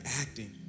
acting